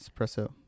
espresso